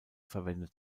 verwendet